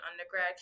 undergrad